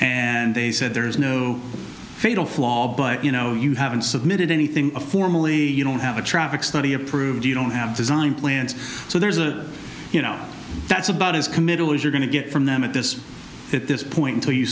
and they said there is no fatal flaw but you know you haven't submitted anything formally you don't have a traffic study approved you don't have design plans so there's a you know that's about as committal as you're going to get from them at this at this point until you